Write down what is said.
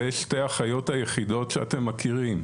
זה שתי החיות היחידות שאתם מכירים.